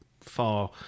far